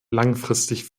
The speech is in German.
langfristig